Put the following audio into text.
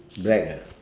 black ah